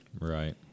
Right